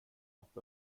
att